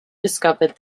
discovered